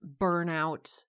burnout